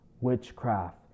witchcraft